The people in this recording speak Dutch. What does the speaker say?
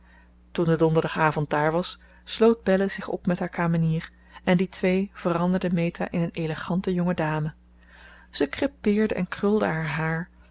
toen de donderdagavond daar was sloot belle zich op met haar kamenier en die twee veranderden meta in eene elegante jonge dame ze crêpeerden en krulden haar haar